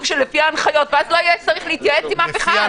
שלפי ההנחיות ואז לא צריך להתייעץ עם אף אחד.